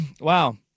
Wow